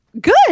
Good